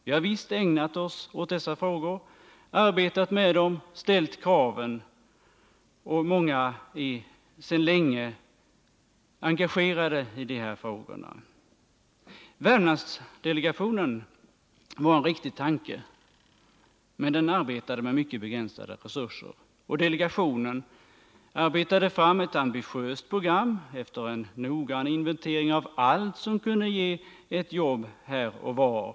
Vi har visst ägnat oss åt dessa frågor, arbetat med dem och ställt krav, och många av oss är sedan lång tid tillbaka engagerade i dessa frågor. Att tillsätta Värmlandsdelegationen var en riktig tanke, men denna har arbetat med mycket begränsade resurser. Delegationen har arbetat fram ett ambitiöst program sedan man gjort en noggrann inventering av allt som kunde tänkas skapa jobb här och var.